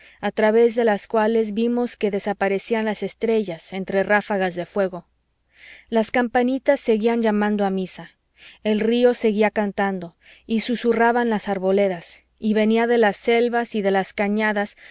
a través de las cuales vimos que desaparecían las estrellas entre ráfagas de fuego las campanitas seguían llamando a misa el río seguía cantando y susurraban las arboledas y venía de las selvas y de las cañadas